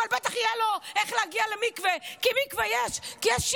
ואתה, חבר ועדת כספים, תצביע, על מה?